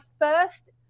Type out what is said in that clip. first